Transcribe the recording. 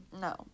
No